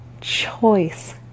choice